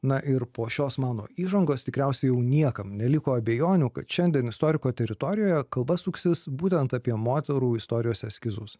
na ir po šios mano įžangos tikriausiai jau niekam neliko abejonių kad šiandien istoriko teritorijoje kalba suksis būtent apie moterų istorijos eskizus